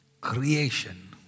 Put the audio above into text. creation